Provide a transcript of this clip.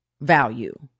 value